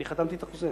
אני חתמתי על חוזה